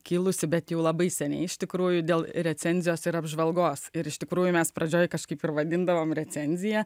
kilusi bet jau labai seniai iš tikrųjų dėl recenzijos ir apžvalgos ir iš tikrųjų mes pradžioje kažkaip ir vadindavome recenziją